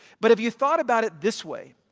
but if you thought about it this way,